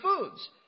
foods